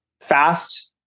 fast